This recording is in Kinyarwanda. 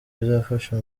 bizafasha